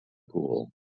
pool